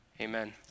amen